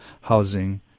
housing